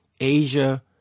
Asia